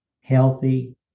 healthy